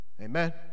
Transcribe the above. Amen